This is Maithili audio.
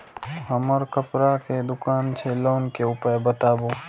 हमर कपड़ा के दुकान छै लोन के उपाय बताबू?